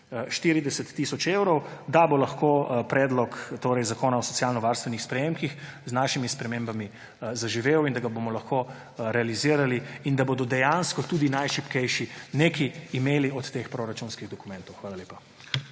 40 tisoč evrov, da bo lahko predlog zakona o socialno varstvenih prejemkih z našimi spremembami zaživel in da ga bomo lahko realizirali in da bodo dejansko tudi najšibkejši nekaj imeli od teh proračunskih dokumentov. Hvala lepa.